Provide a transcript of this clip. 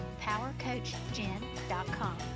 powercoachgen.com